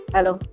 Hello